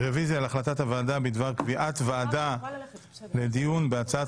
רביזיה על החלטת הוועדה בדבר קביעת ועדה לדיון בהצעת